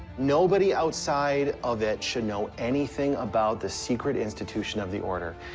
nobody outside of it should know anything about the secret institution of the order.